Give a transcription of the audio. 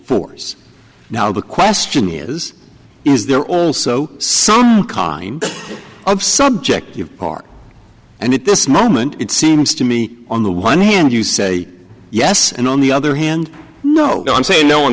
force now the question is is their own so some kind of subjective part and at this moment it seems to me on the one hand you say yes and on the other hand you know i'm saying no one